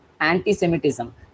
anti-semitism